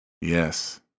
Yes